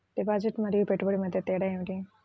Deposit మరియు పెట్టుబడి మధ్య తేడా ఏమిటి?